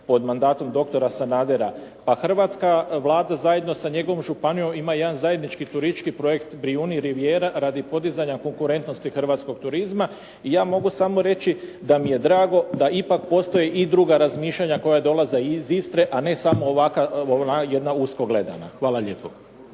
pod mandatom doktora Sanadera. Pa hrvatska Vlada zajedno sa njegovom županijom ima jedan zajednički turistički projekt "Brijuni rivijera" radi podizanja konkurentnosti hrvatskog turizma i ja mogu samo reći da mi je drago da ipak postoje i druga razmišljanja koja dolaze iz Istre, a ne samo ovako usko gledana. Hvala lijepo.